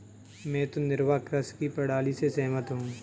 मैं तो निर्वाह कृषि की प्रणाली से सहमत हूँ